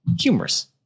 humorous